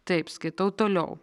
taip skaitau toliau